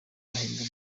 bahembwa